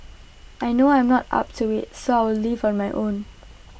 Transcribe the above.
I know I'm not up to IT so I'll leave on my own